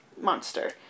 monster